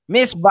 Miss